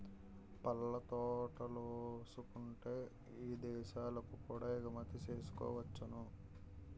పళ్ళ తోటలేసుకుంటే ఇదేశాలకు కూడా ఎగుమతి సేసుకోవచ్చును